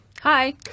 Hi